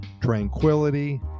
tranquility